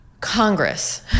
Congress